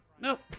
Nope